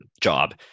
job